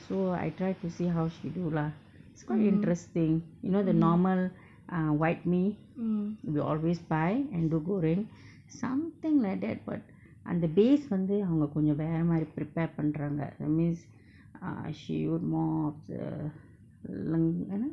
so I try to see how she do lah it's quite interesting you know the normal err white mee we always buy and the goreng something like that but அந்த:andtha base வந்து அவங்க கொஞ்சோ வேரமாரி:vandthu avangka konjsoo veeramaari prepared பண்ராங்க:panraangka that means err she used more of the leng mmhmm